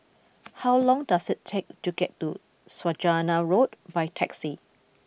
how long does it take to get to Saujana Road by taxi